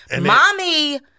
Mommy